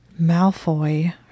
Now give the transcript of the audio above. Malfoy